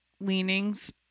leanings